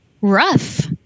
rough